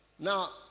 Now